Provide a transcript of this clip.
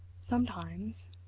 Sometimes